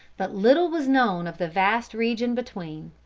but little was known of the vast region between.